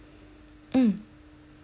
mm